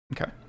Okay